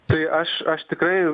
tai aš aš tikrai